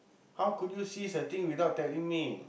how could you cease the thing without telling me